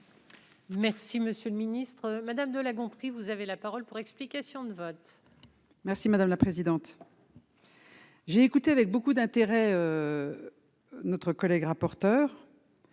Merci monsieur le ministre madame de La Gontrie, vous avez la parole pour explication de vote. Merci madame la présidente. J'ai écouté avec beaucoup d'intérêt, notre collègue rapporteur.